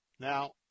Now